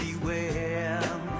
beware